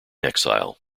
exile